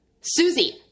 Susie